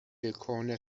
کهنه